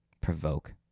provoke